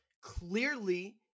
clearly